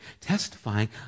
testifying